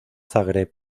zagreb